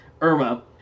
Irma